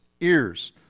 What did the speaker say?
Ears